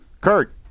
Kurt